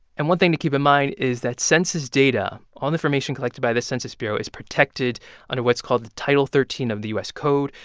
and one thing to keep in mind is that census data all information collected by the census bureau is protected under what's called title thirteen of the u s. code.